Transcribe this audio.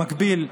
במקביל,